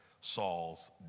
Saul's